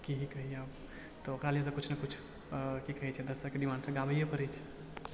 कि ही कही आब तऽ ओकरा लिये तऽ किछु ने किछु कि कहय छै दर्शकके डिमांड गाबइये पड़य छै